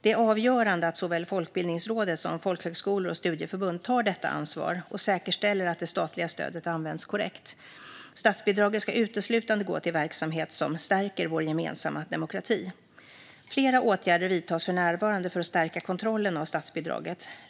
Det är avgörande att såväl Folkbildningsrådet som folkhögskolor och studieförbund tar detta ansvar och säkerställer att det statliga stödet används korrekt. Statsbidraget ska uteslutande gå till verksamhet som stärker vår gemensamma demokrati. Flera åtgärder vidtas för närvarande för att stärka kontrollen av statsbidraget.